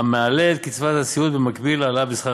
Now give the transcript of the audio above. המעלה את קצבת הסיעוד במקביל להעלאה בשכר